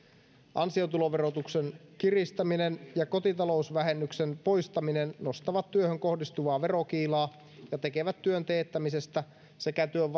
ansiotuloverotuksen kiristäminen ja kotitalousvähennyksen poistaminen nostavat työhön kohdistuvaa verokiilaa ja tekevät työn teettämisestä sekä työn